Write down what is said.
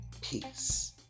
Peace